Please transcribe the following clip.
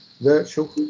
virtual